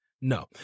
No